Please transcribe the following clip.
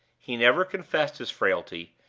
he never confessed his frailty,